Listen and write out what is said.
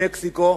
ממקסיקו,